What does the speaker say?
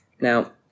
Now